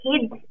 kids